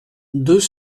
deux